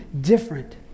different